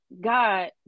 god